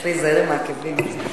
צריך להיזהר עם העקבים.